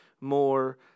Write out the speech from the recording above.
more